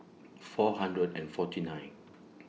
four hundred and forty nine